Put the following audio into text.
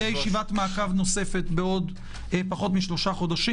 תהיה ישיבת מעקב נוספת בעוד פחות משלושה חודשים.